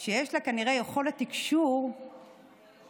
שיש לה כנראה יכולת תקשור מדהימה.